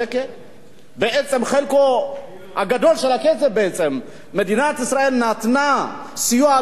חלקו הגדול של הכסף בעצם מדינת ישראל נתנה כסיוע לאותן חברות,